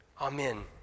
Amen